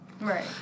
Right